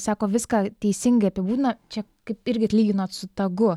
sako viską teisingai apibūdina čia kaip irgi lyginot su tagu